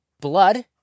blood